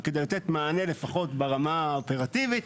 וכדי לתת מענה לפחות ברמה האופרטיבית,